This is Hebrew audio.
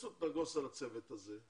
שתכניסו את נגוסה לצוות הזה.